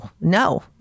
no